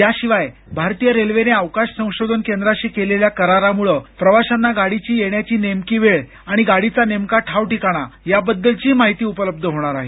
याशिवाय भारतीय रेल्वेने अवकाश संशोधन केंद्राशी केलेल्या करारामुळं प्रवाशांना गाडीची येण्याची नेमकी वेळ आणि गाडीचा नेमका ठावठिकाणा याबद्दलचीही माहिती उपलब्ध होणार आहे